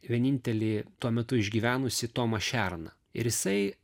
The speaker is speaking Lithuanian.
vienintelį tuo metu išgyvenusį tomą šerną ir jisai